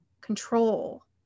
control